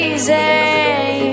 easy